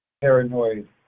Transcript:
Paranoid